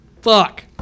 Fuck